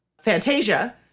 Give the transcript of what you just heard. Fantasia